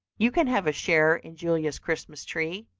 you can have a share in julia's christmas tree,